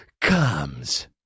comes